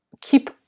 keep